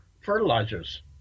fertilizers